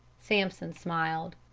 sampson smiled.